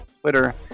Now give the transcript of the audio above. twitter